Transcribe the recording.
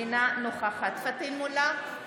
אינה נוכחת פטין מולא,